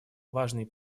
важный